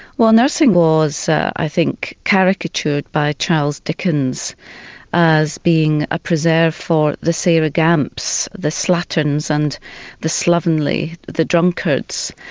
well nursing was i think caricatured by charles dickens as being a preserve for the sarah gamps, the slatterns, and the slovenly, the drunkards.